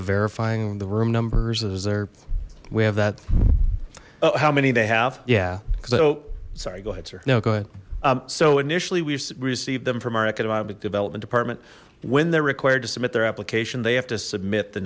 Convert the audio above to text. of verifying the room numbers is there we have that how many they have yeah oh sorry go ahead sir no go ahead so initially we've received them from our economic development department when they're required to submit their application they have to submit the